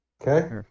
Okay